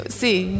see